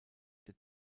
der